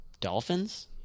Dolphins